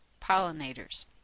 pollinators